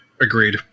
Agreed